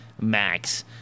Max